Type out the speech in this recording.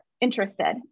interested